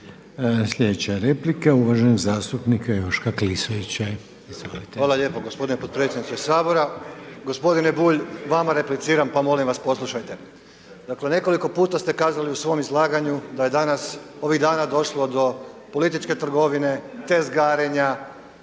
Sljedeća replika uvaženog zastupnika Joška Klisovića.